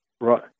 Right